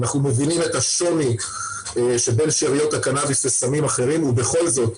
אנחנו מבינים את השוני בין שאריות הקנאביס לסמים אחרים ובכל זאת,